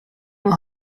will